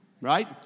right